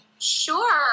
Sure